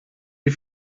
die